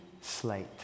slate